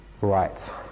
right